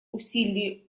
усилили